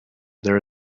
there